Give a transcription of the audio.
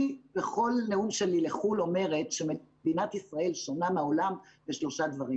אני בכל נאום שלי לחו"ל אומרת שמדינת ישראל שונה מהעולם בשלושה דברים